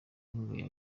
inkunga